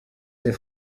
ses